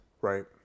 right